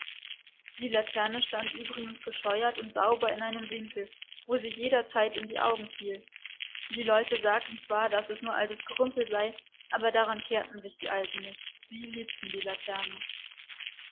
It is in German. die laterne stand übrigens gescheuert und sauber in einem winkel wo sie jederzeit in die augen fiel die leuten sagten zwar daß es nur ein altes gerümpel sei aber daran kehrten sich die alten nicht sie liebten die laterne